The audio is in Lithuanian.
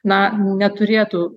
na neturėtų